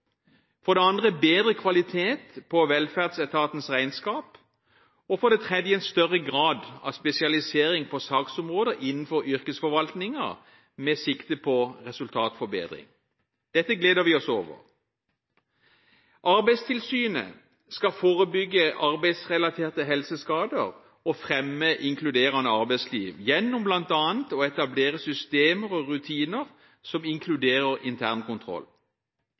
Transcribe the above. For det andre: Bedre kvalitet på Arbeids- og velferdsetatens regnskap. For det tredje: Større grad av spesialisering på saksområder innenfor yrkesforvaltningen, med sikte på resultatforbedring. Dette gleder vi oss over. Arbeidstilsynet skal forebygge arbeidsrelaterte helseskader og fremme inkluderende arbeidsliv gjennom bl.a. å etablere systemer og rutiner som inkluderer